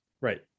right